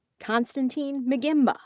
constantine mgimba